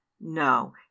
no